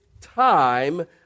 time